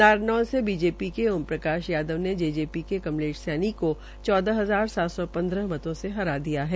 नारनौल से बीजेपी के ओम प्रकाश यादव ने जेजेपी के कमलेश सैनी को चौदह हजार सात सौ पन्द्रह मतों से हरा दिया है